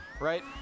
right